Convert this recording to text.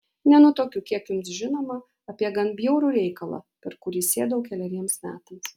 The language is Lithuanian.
nenutuokiu kiek jums žinoma apie gan bjaurų reikalą per kurį sėdau keleriems metams